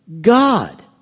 God